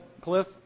Cliff